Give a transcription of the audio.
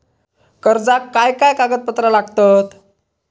कर्जाक काय काय कागदपत्रा लागतत?